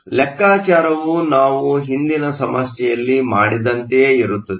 ಲೆಕ್ಕಾಚಾರವು ನಾವು ಹಿಂದಿನ ಸಮಸ್ಯೆಯಲ್ಲಿ ಮಾಡಿದಂತೆಯೇ ಇರುತ್ತದೆ